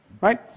right